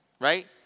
right